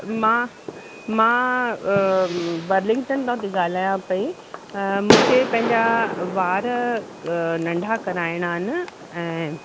मां मां बर्लिंगटन था ॻाल्हायां पेई मूंखे पंहिंजा वार नंढा कराइणा आहिनि ऐं